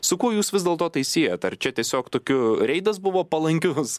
su kuo jūs vis dėlto tai siejat ar čia tiesiog tokių reidas buvo palankius